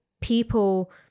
people